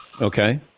Okay